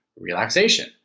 relaxation